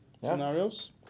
scenarios